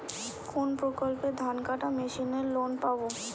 কোন প্রকল্পে ধানকাটা মেশিনের লোন পাব?